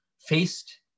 faced